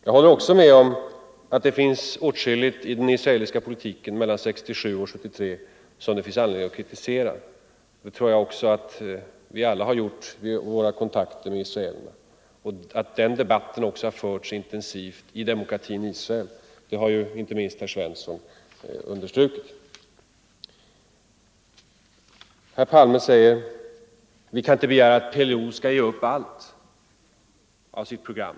Jag håller också med honom om att det finns åtskilligt i den israeliska politiken åren 1967-1973 som det finns anledning att kritisera. Det tror jag att vi alla har gjort i våra kontakter med israelerna. Att den debatten också intensivt har förts i demokratin Israel har inte minst herr Svensson i Eskilstuna understrukit. Herr Palme säger att vi inte kan begära att PLO skall ge upp allt av sitt program.